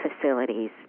facilities